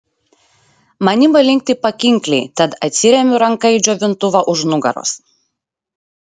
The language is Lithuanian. man ima linkti pakinkliai tad atsiremiu ranka į džiovintuvą už nugaros